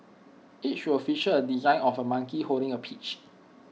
each will feature A design of A monkey holding A peach